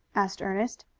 asked ernest.